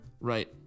right